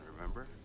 remember